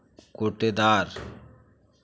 कोटेदार